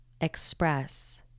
express